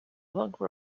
longer